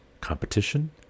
competition